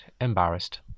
Embarrassed